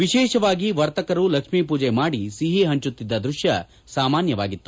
ವಿಶೇಷವಾಗಿ ವರ್ತಕರು ಲಕ್ಷ್ಮೀ ಪೂಜೆಯನ್ನು ಮಾಡಿ ಸಿಹಿ ಹಂಚುತ್ತಿದ್ದ ದೃಶ್ಯ ಸಾಮಾನ್ಯವಾಗಿತ್ತು